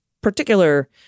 particular